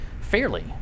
fairly